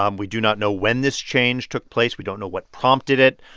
um we do not know when this change took place. we don't know what prompted it.